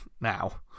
now